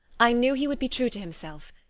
i knew he would be true to himself,